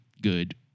good